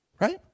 right